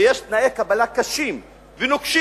ויש תנאי קבלה קשים ונוקשים,